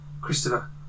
Christopher